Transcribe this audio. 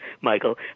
Michael